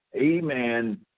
Amen